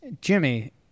Jimmy